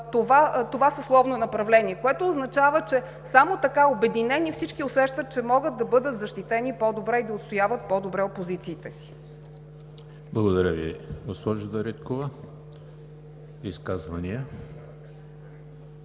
това съсловно направление, което означава, че само така обединени всички усещат, че могат да бъдат защитени по-добре и да отстояват по-добре позициите си. ПРЕДСЕДАТЕЛ ЕМИЛ ХРИСТОВ: Благодаря Ви, госпожо Дариткова. Изказвания?